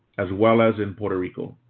as well as in puerto rico.